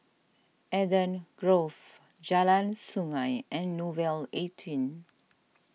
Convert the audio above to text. Eden Grove Jalan Sungei and Nouvel eighteen